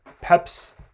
Pep's